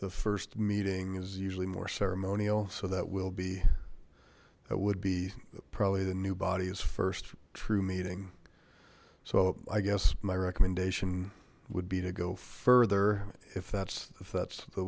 first meeting is usually more ceremonial so that will be that would be probably the new body's first true meeting so i guess my recommendation would be to go further if that's if that's the